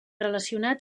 relacionat